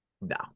No